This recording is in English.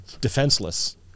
defenseless